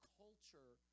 culture